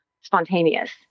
spontaneous